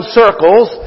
circles